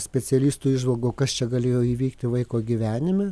specialistų įžvalgų kas čia galėjo įvykti vaiko gyvenime